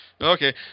Okay